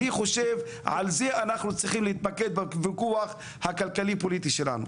אני חושב שעל זה אנחנו צריכים להתמקד בכוח הכלכלי פוליטי שלנו.